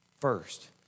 first